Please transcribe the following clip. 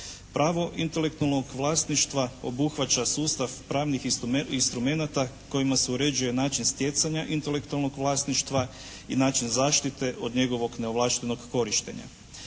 Pravo intelektualnog vlasništva obuhvaća sustav pravnih instrumenata kojima se uređuje način stjecanja intelektualnog vlasništva i način zaštite od njegovog neovlaštenog korištenja.